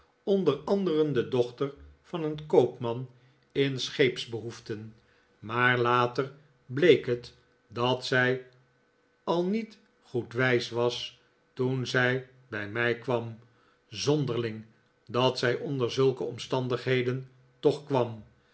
onder anderen de dochter van een koopman in scheepsbehoeften maar later bleek het dat zij al niet goed wijs was toen zij bij mij kwam zonderling dat zij onder zulke omstandigheden toch kwam